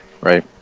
Right